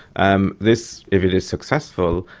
um this, if it is successful,